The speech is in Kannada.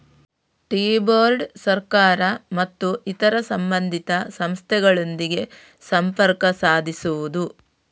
ಟೀ ಬೋರ್ಡ್ ಸರ್ಕಾರ ಮತ್ತು ಇತರ ಸಂಬಂಧಿತ ಸಂಸ್ಥೆಗಳೊಂದಿಗೆ ಸಂಪರ್ಕ ಸಾಧಿಸುವುದು